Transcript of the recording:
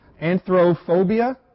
Anthrophobia